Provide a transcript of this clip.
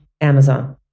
Amazon